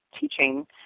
teaching